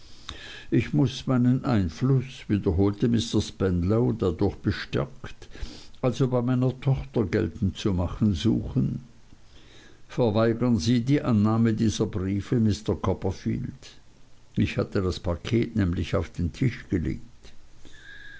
ich muß meinen einfluß wiederholte mr spenlow dadurch bestärkt also bei meiner tochter geltend zu machen suchen verweigern sie die annahme dieser briefe mr copperfield ich hatte das paket nämlich auf den tisch gelegt